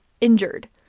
injured